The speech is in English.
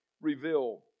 reveal